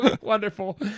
wonderful